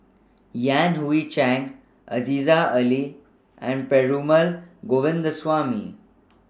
Yan Hui Chang Aziza Ali and Perumal Govindaswamy